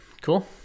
cool